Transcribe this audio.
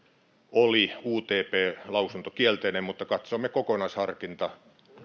oli utp lausunto kielteinen mutta katsoimme kokonaisharkintaa